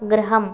गृहम्